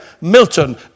Milton